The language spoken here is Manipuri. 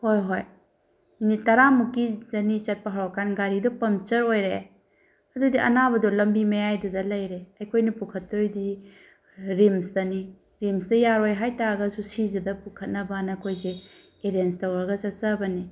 ꯍꯣꯏ ꯍꯣꯏ ꯃꯤꯅꯤꯠ ꯇꯔꯥ ꯃꯨꯛꯀꯤ ꯖꯔꯅꯤ ꯆꯠꯄ ꯍꯧꯔꯛꯑꯀꯥꯟ ꯒꯥꯔꯤꯗꯣ ꯄꯪꯆꯔ ꯑꯣꯏꯔꯛꯑꯦ ꯑꯗꯨꯗꯤ ꯑꯅꯥꯕꯗꯣ ꯂꯝꯕꯤ ꯃꯌꯥꯏꯗꯨꯗ ꯂꯩꯔꯦ ꯑꯩꯈꯣꯏꯅ ꯄꯨꯈꯠꯇꯣꯔꯤꯗꯤ ꯔꯤꯝꯁꯇꯅꯤ ꯔꯤꯝꯁꯇ ꯌꯥꯔꯣꯏ ꯍꯥꯏ ꯇꯥꯔꯒꯁꯨ ꯁꯤꯖꯗ ꯄꯨꯈꯠꯅꯕꯅ ꯑꯩꯈꯣꯏꯁꯦ ꯑꯦꯔꯦꯟꯖ ꯇꯧꯔꯒ ꯆꯠꯆꯕꯅꯤ